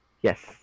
Yes